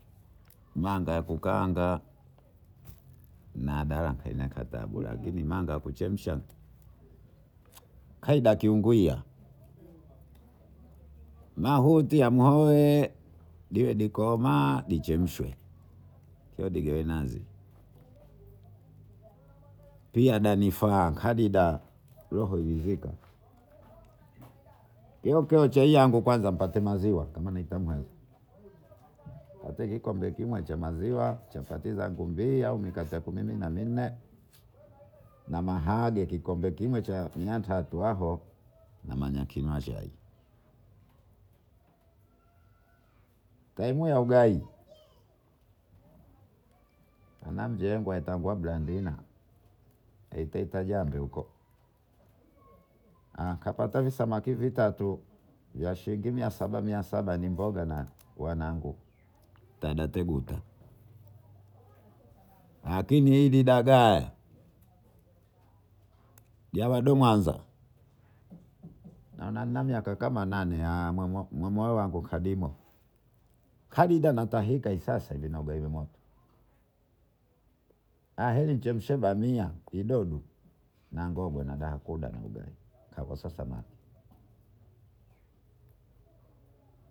Manga ya kukaanga nadalakatungala lakini manga ya kuchemshwa kaidkuridhika mahudia ndiidikoma ichemshwe kiodokoinaze. Pia danifaakadida roho kukipindi iwoke chain yangu kwanza nipata maziwa kamanaitamani nipata kikombe kimo cha maziwa au mikate ya kumimina mnne na mahage kikombe kimo cha mia tatu hapo namakimachai taimuya ugai namjengwa takuwablandina ketetajambehuko akapate visamaki vitatu vya shilingi miatatu ni mboga na wanangu tagateguta lakini hili daga yabadomwanza naona na miaka kama nane moyowangukadimo kadidanakahikaisasa ivenogahimoto na heli nichemshe ugali idodonangogo naguda na ugali kakosa zamani.